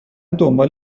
دنبال